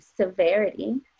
severity